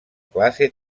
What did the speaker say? classe